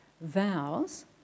vows